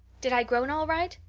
did i groan all right?